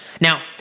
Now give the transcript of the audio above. Now